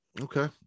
Okay